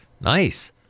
Nice